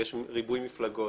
ויש ריבוי מפלגות.